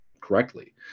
correctly